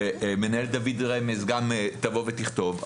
ומנהלת דוד רמז גם תבוא ותכתוב.